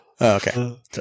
Okay